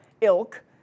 ilk